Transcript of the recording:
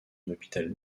hôpital